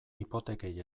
hipotekei